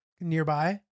nearby